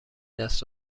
دست